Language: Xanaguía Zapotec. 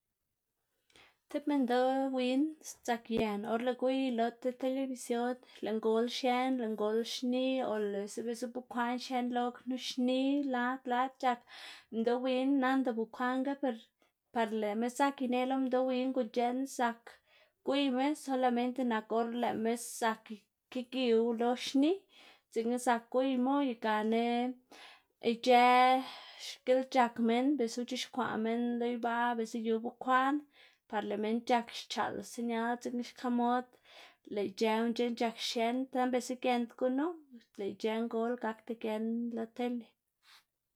Tib minndoꞌ win sdzakyena or lëꞌ gwiy lo tib telibision, lëꞌ ngol xien, lëꞌ ngol xni o beltse bekwaꞌn xien lo knu xni lad lad c̲h̲ak, minndoꞌ win nanda bekwaꞌnga, par lëꞌma zak ineꞌ lo minndoꞌ win guꞌn c̲h̲eꞌn zak gwiyma solamente nak or lëꞌma zak ikigiwu lo xni, dzekna zak gwiymu y gana ic̲h̲ë xkilc̲h̲ak minn biꞌlsa ux̱ixkwaꞌ minn lo ibaꞌ biꞌlsa yu bekwaꞌn, par lëꞌ minn c̲h̲ak xchaꞌl señal, dzekna xka mod lëꞌ ic̲h̲ëwu guꞌn c̲h̲eꞌn c̲h̲ak xien, saꞌnda biꞌltsa giend gunu lëꞌ ic̲h̲ë ngol gakda gien lo tele.